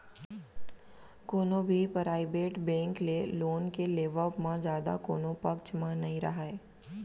कोनो भी private bank ले लोन के लेवब म जादा कोनो पक्छ म नइ राहय